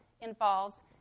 involves